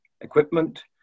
equipment